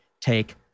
take